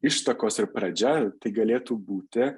ištakos ir pradžia jau tai galėtų būti